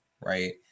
right